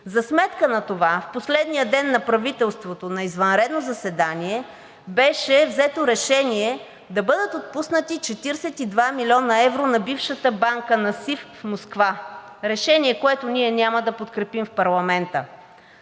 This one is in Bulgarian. За сметка на това в последния ден на правителството на извънредно заседание беше взето решение да бъдат отпуснати 42 млн. евро на бившата Банка на СИВ в Москва – решение, което ние няма да подкрепим в парламента!